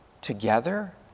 together